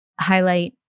highlight